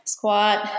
Squat